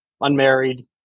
unmarried